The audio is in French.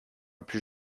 plus